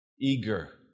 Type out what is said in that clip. eager